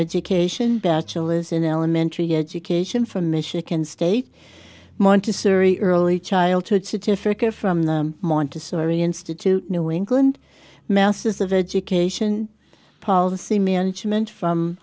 education bachelor's in elementary education from michigan state montessori early childhood certificate from the montessori institute new england masses of education policy management from